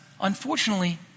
unfortunately